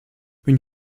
une